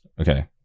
okay